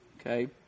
okay